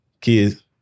kids